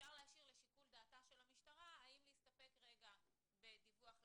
אפשר להשאיר לשיקול דעתה של המשטרה האם להסתפק בדיווח לפיקוח,